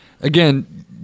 again